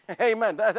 Amen